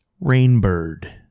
rainbird